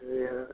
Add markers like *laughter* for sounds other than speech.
*unintelligible*